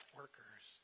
workers